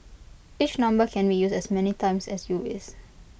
each number can be used as many times as you wish